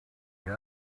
yes